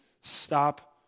stop